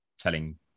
telling